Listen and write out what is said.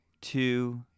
two